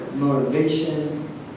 motivation